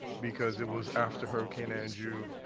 because it was after hurricane andrew.